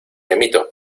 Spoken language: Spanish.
amito